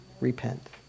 Repent